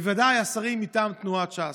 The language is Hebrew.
בוודאי השרים מטעם תנועת ש"ס.